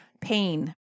Pain